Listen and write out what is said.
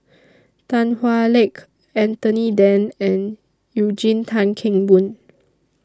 Tan Hwa Luck Anthony Then and Eugene Tan Kheng Boon